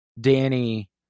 Danny